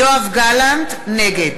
(קוראת בשמות חברי הכנסת) יואב גלנט, נגד